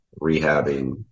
rehabbing